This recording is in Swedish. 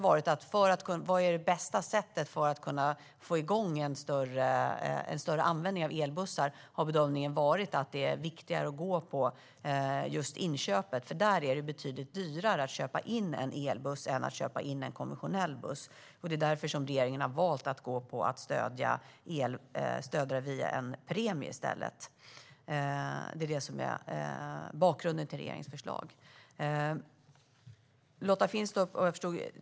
För att hitta det bästa sättet att få igång en större användning av elbussar har bedömningen varit att det är viktigare att gå på just inköpet, för det är betydligt dyrare att köpa in en elbuss än en konventionell buss. Det är därför som regeringen har valt ett stöd via en premie i stället. Det är det som är bakgrunden till regeringens förslag.